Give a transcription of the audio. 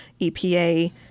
EPA